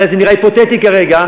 אולי זה נראה היפותטי כרגע,